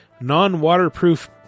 non-waterproof